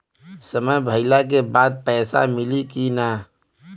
समय भइला के बाद पैसा मिली कि ना?